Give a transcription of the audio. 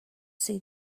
see